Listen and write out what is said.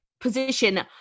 position